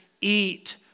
eat